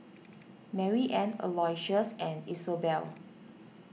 Maryanne Aloysius and Isobel